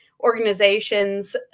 organizations